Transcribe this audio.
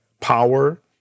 Power